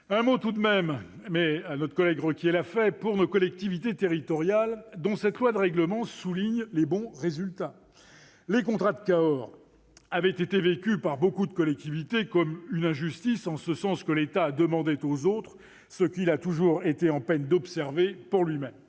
Un mot, tout de même, à la suite de notre collègue Requier, pour nos collectivités territoriales, dont cette loi de règlement souligne les bons résultats. Les contrats de Cahors avaient été vécus par beaucoup de collectivités comme une injustice, alors que l'État demandait aux autres ce qu'il a toujours été en peine d'observer pour lui-même.